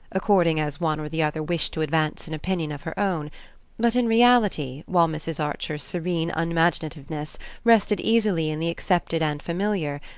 according as one or the other wished to advance an opinion of her own but in reality, while mrs. archer's serene unimaginativeness rested easily in the accepted and familiar,